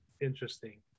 interesting